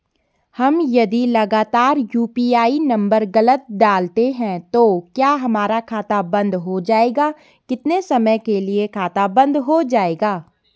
हम यदि लगातार यु.पी.आई नम्बर गलत डालते हैं तो क्या हमारा खाता बन्द हो जाएगा कितने समय के लिए खाता बन्द हो जाएगा?